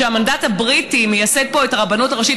כשהמנדט הבריטי מייסד פה את הרבנות הראשית,